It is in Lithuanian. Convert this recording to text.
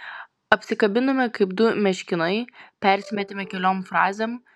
apsikabinome kaip du meškinai persimetėme keliom frazėm